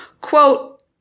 Quote